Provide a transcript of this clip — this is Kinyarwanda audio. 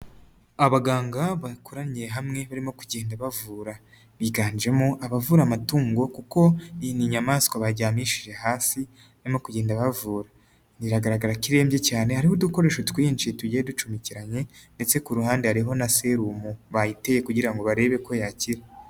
Abaganga bakoraniye hamwe barimo kugenda bavura, biganjemo abavura amatungo kuko iyi ni nyamaswa baryamishije hasi barimo kugenda bavura, biragaragara ko irembye cyane hariho udukoresho twinshi tugiye ducomekeranye ndetse ku ruhande hariho na serumu bayiteye kugira ngo barebe ko yakira.